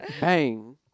Bang